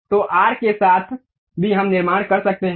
तो आर्क के साथ भी हम निर्माण कर सकते हैं